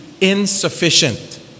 insufficient